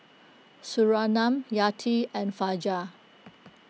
Surinam Yati and Fajar